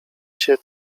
się